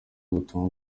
butumwa